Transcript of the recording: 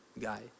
guy